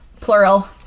Plural